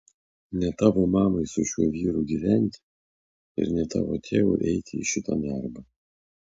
ne tavo mamai su šiuo vyru gyventi ir ne tavo tėvui eiti į šitą darbą